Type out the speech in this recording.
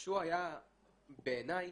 שהוא היה, בעיניי,